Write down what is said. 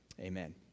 amen